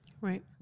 right